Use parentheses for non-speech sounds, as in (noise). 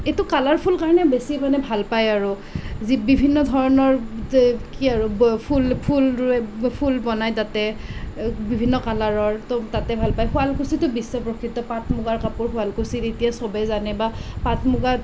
এইটো কালাৰফুল কাৰণে বেছি মানে ভাল পায় আৰু যি বিভিন্ন ধৰণৰ (unintelligible) কি আৰু ফুল ফুল ৰুৱে ফুল বনায় তাতে বিভিন্ন কালাৰৰ ত' তাতে ভাল পায় শুৱালকুছিটো বিশ্ব প্ৰসিদ্ধ পাট মুগাৰ কাপোৰ শুৱালকুচিত এতিয়া সবে জানে বা পাট মুগাৰ